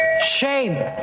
Shame